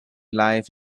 life